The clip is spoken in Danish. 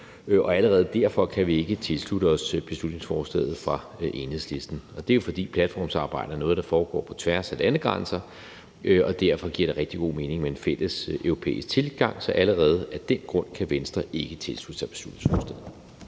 vi allerede derfor ikke kan tilslutte os beslutningsforslaget fra Enhedslisten. For platformsarbejde er noget, der foregår på tværs af landegrænser, og derfor giver det rigtig god mening med en fælles europæisk tilgang. Så allerede af den grund kan Venstre ikke tilslutte sig beslutningsforslaget.